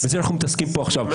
ובזה אנחנו מתעסקים פה עכשיו.